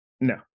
No